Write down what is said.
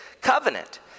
Covenant